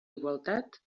igualtat